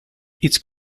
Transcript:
its